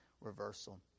reversal